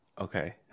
Okay